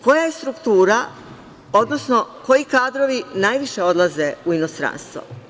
Koja struktura, odnosno koji kadrovi najviše odlaze u inostranstvo?